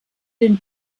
den